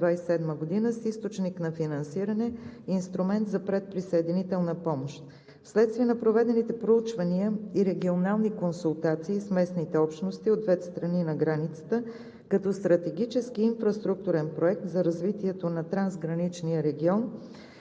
2027 г., с източник на съфинансиране Инструмент за предприсъединителна помощ. Вследствие на проведените проучвания и регионални консултации с местните общности от двете страни на границата, като стратегически инфраструктурен проект за развитието на трансграничния регион